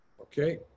Okay